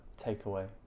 takeaway